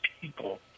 people